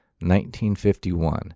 1951